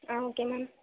ah okay ma'am